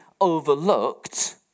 overlooked